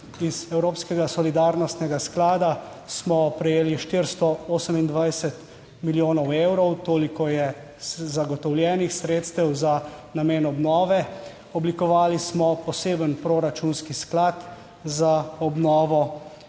Iz Evropskega solidarnostnega sklada smo prejeli 428 milijonov evrov, toliko je zagotovljenih sredstev za namen obnove. Oblikovali smo poseben proračunski sklad za obnovo